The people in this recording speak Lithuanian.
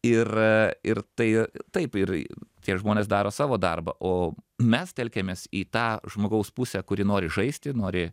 ir ir tai taip ir tie žmonės daro savo darbą o mes telkiamės į tą žmogaus pusę kuri nori žaisti nori